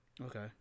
Okay